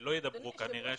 שכנראה לא ידברו כאן היום,